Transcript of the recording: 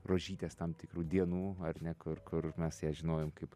rožytės tam tikrų dienų ar ne kur kur mes ją žinojom kaip